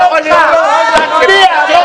תצביע, נראה אותך.